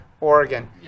Oregon